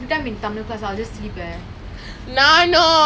ya what are the odds lah after secondary talk then we talk